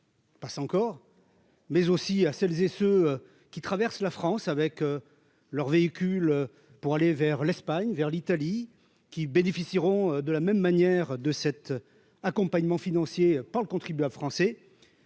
mais aussi à celles et ceux qui traversent la France avec leur véhicule pour aller, par exemple, vers l'Espagne ou l'Italie, et qui bénéficieront de la même manière de cet accompagnement financier payé par le contribuable français.